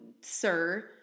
sir